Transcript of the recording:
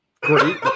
great